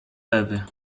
ewy